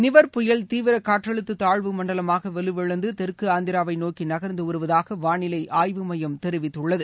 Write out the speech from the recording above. நிவர் புயல் தீவிர காற்றழுத்த தாழ்வு மண்டலமாக வலுவிழந்து தெற்கு ஆந்திராவை நோக்கி நகர்ந்து வருவதாக வானிலை ஆய்வு மையம் தெரிவித்துள்ளது